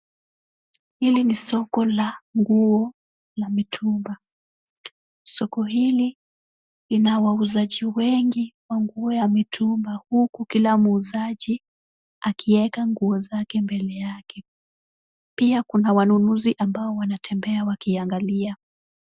Hili ni soko la nguo la mitumba. Soko hili lina wauzaji wengi wa nguo ya mitumba huku kila muuzaji akiweka nguo zake mbele yake. Pia kuna wanunuzi ambao wanatembea wakiangalia.